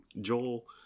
Joel